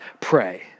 pray